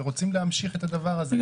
ורוצים להמשיך את הדבר הזה.